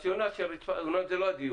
הרציונל של רצפת בטון הוא לא הדיון.